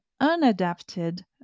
unadapted